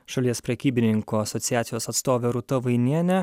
šalies prekybininkų asociacijos atstovė rūta vainienė